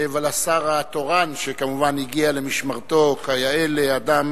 ולשר התורן, שכמובן הגיע למשמרתו כיאה לאדם